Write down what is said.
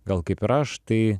gal kaip ir aš tai